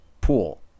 pool